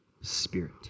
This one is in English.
Spirit